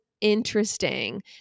interesting